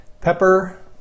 Pepper